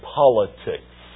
politics